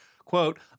quote